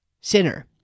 sinner